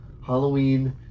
Halloween